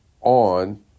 on